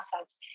assets